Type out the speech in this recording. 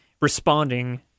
Responding